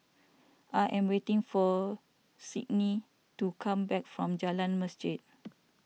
I am waiting for Sydnee to come back from Jalan Masjid